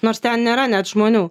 nors ten nėra net žmonių